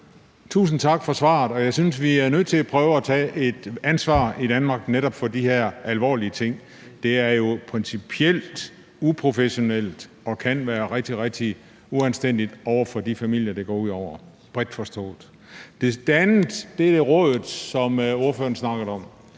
Tusind tak for svaret. Jeg synes, at vi er nødt til at prøve at tage et ansvar i Danmark for netop de her alvorlige ting. Det er jo principielt uprofessionelt og kan være rigtig, rigtig uanstændigt over for de familier, det går ud over – bredt forstået. Det andet er rådet, som ordføreren snakkede om.